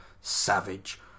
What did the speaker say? savage